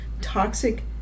toxic